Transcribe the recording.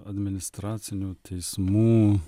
administracinių teismų